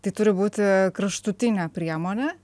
tai turi būti kraštutinė priemonė